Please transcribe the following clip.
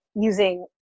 using